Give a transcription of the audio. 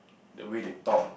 the way they talk